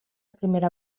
primera